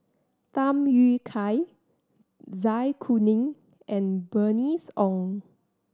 Tham Yui Kai Zai Kuning and Bernice Ong